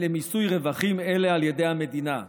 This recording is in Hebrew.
למיסוי רווחים אלה על ידי המדינה.